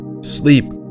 sleep